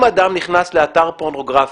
אם אדם נכנס לאתר פורנוגרפי,